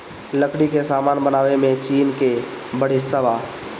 लकड़ी के सामान बनावे में चीन के बड़ हिस्सा बा